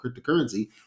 cryptocurrency